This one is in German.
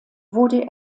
wurde